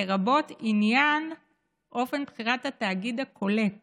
לרבות עניין אופן בחירת התאגיד הקולט